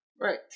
Right